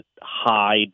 hide